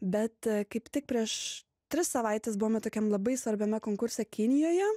bet kaip tik prieš tris savaites buvome tokiam labai svarbiame konkurse kinijoje